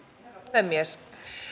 puhemies